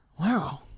wow